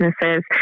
businesses